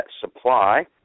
Supply